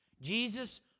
Jesus